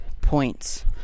points